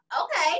Okay